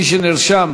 מי שנרשם